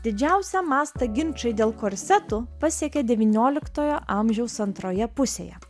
didžiausią mastą ginčai dėl korsetų pasiekė devynioliktojo amžiaus antroje pusėje